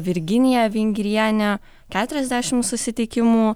virginiją vingrienę keturiasdešimt susitikimų